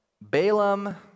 Balaam